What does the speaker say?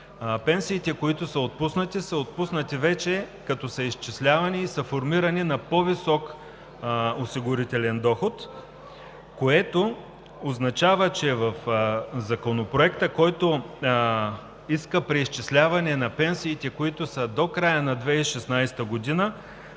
пенсиите, които са отпуснати, са отпуснати вече, като са изчислявани и са формирани на по-висок осигурителен доход, което означава, че в Законопроекта, който иска преизчисляване на пенсиите, които са до края на 2016 г.,